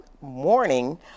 morning